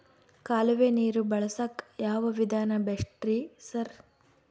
ಕಾಲುವೆ ನೀರು ಬಳಸಕ್ಕ್ ಯಾವ್ ವಿಧಾನ ಬೆಸ್ಟ್ ರಿ ಸರ್?